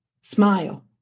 smile